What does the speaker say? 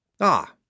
Ah